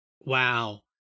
wow